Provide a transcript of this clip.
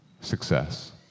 success